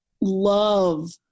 love